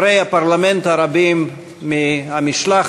ואת חברי הפרלמנט הרבים מהמשלחת